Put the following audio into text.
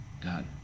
God